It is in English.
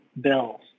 bills